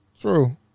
True